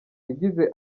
yagize